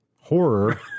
Horror